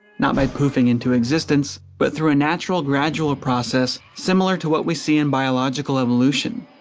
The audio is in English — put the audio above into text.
not by poofing into existence, but through a natural, gradual ah process similar to what we see in biological evolution.